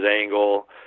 angle